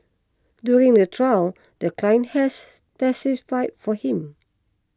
during the trial the client has testified for him